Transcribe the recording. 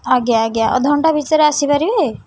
ଆଜ୍ଞା ଆଜ୍ଞା ଅଧଘଣ୍ଟା ଭିତରେ ଆସିପାରିବେ